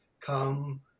Come